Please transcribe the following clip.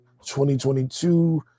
2022